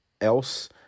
else